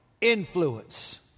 influence